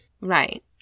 Right